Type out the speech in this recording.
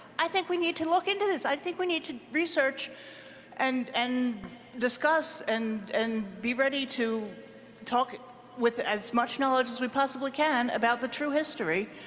i think we need to look into this this. i think we need to research and and discuss and and be ready to to talk with as much knowledge as we possibly can about the true history.